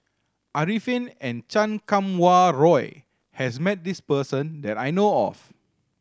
Arifin and Chan Kum Wah Roy has met this person that I know of